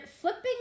Flipping